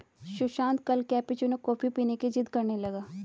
सुशांत कल cappuccino coffee पीने की जिद्द करने लगा